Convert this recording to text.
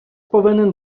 повинен